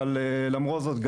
אבל למרות זאת,